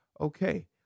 Okay